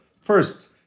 First